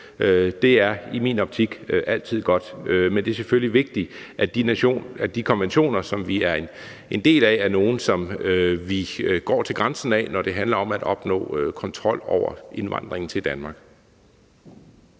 er i min optik altid godt. Men det er selvfølgelig vigtigt, at de konventioner, som vi er en del af, er nogle, som vi går til grænsen af, når det handler om at opnå kontrol over indvandringen til Danmark.